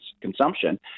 consumption